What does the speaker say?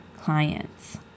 clients